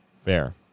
Fair